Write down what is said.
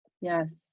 yes